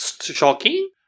shocking